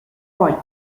point